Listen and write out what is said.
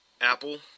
apple